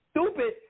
stupid